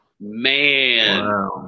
Man